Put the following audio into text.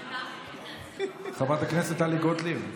חברת הכנסת טלי גוטליב.